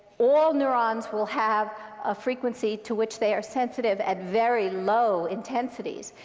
all neurons will have a frequency to which they are sensitive at very low intensities.